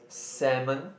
salmon